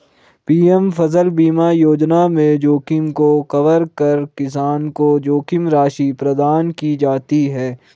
PM फसल बीमा योजना में जोखिम को कवर कर किसान को जोखिम राशि प्रदान की जाती है